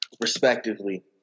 respectively